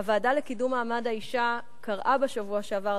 הוועדה לקידום מעמד האשה קראה בשבוע שעבר